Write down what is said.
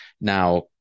Now